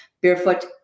barefoot